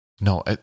No